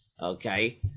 okay